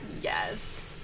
yes